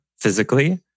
physically